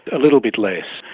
a little bit less.